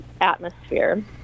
atmosphere